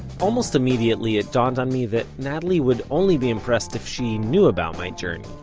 almost immediately it dawned on me that natalie would only be impressed if she knew about my journey.